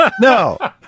no